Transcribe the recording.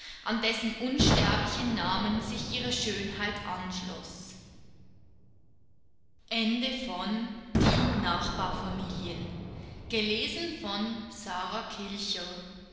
an dessen unsterblichen namen sich ihre schönheit anschloß